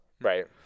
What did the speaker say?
Right